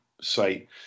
site